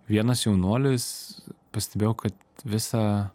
vienas jaunuolis pastebėjo kad visą